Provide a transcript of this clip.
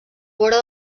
vora